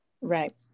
right